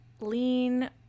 lean